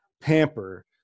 pamper